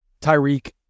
Tyreek